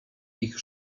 ich